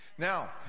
Now